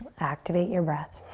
activate your breath.